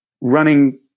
running